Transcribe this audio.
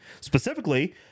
specifically